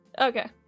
Okay